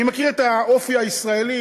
אני מכיר את האופי הישראלי,